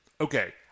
Okay